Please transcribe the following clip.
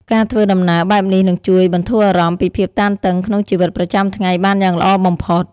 ការធ្វើដំណើរបែបនេះនឹងជួយបន្ធូរអារម្មណ៍ពីភាពតានតឹងក្នុងជីវិតប្រចាំថ្ងៃបានយ៉ាងល្អបំផុត។